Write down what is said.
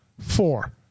four